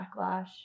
backlash